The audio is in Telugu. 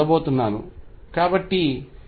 పొందబోతున్నాను కాబట్టి 6